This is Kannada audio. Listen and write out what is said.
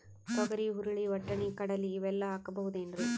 ತೊಗರಿ, ಹುರಳಿ, ವಟ್ಟಣಿ, ಕಡಲಿ ಇವೆಲ್ಲಾ ಹಾಕಬಹುದೇನ್ರಿ?